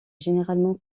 généralement